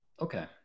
okay